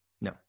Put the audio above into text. No